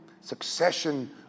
succession